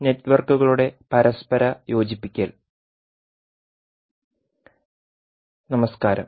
നമസ്കാരം